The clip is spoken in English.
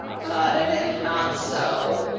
but it is not so.